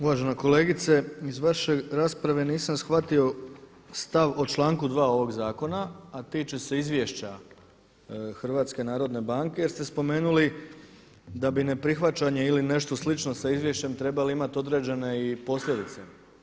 Uvažena kolegice iz vaše rasprave nisam shvatio stav o članku 2. ovog zakona a tiče se izvješća HNB-a jer ste spomenuli da bi neprihvaćanje ili nešto slično sa izvješćem trebali imati određene i posljedice.